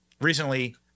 recently